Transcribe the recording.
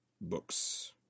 books